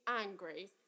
angry